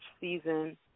season